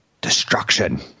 destruction